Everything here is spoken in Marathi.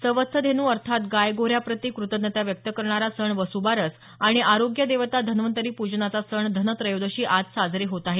सवत्स धेनू अर्थात गाय गोऱ्ह्याप्रती कृतज्ञता व्यक्त करणारा सण वस्बारस आणि आरोग्य देवता धन्वंतरी पूजनाचा सण धनत्रयोदशी आज साजरे होत आहेत